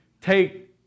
take